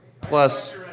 Plus